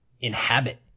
inhabit